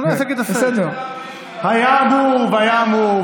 ותנו לעסק, היה אמור, היה אמור והיה אמור.